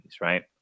right